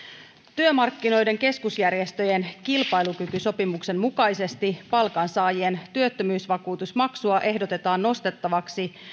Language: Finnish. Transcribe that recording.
työmarkkinoiden keskusjärjestöjen kilpailukykysopimuksen mukaisesti palkansaajien työttömyysvakuutusmaksua ehdotetaan nostettavaksi